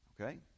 Okay